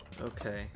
Okay